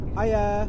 Hiya